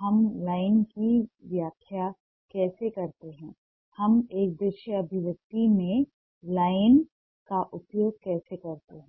हम लाइन की व्याख्या कैसे करते हैं हम एक दृश्य अभिव्यक्ति में लाइन का उपयोग कैसे करते हैं